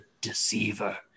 Deceiver